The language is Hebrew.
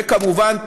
וכמובן,